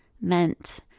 meant